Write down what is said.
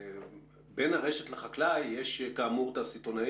בין הרשת לחקלאי יש את הסיטונאי